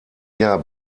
jahr